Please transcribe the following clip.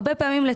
הרבה פעמים.